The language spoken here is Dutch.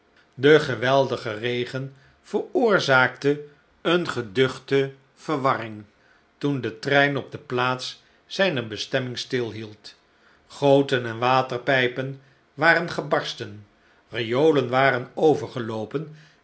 de geweldige regen veroorzaakte eene geduchte verwarring toen de trein op de plaats zijner bestemming stilhield goten en waterpijpen waren gebarsten riolen waren overgeloopen